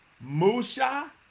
Musha